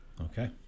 Okay